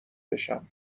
بشم